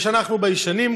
זה שאנחנו ביישנים,